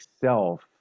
self